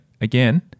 again